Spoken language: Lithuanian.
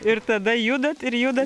ir tada judat ir juda